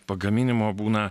pagaminimo būna